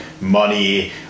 money